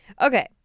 Okay